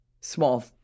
small